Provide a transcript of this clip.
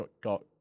got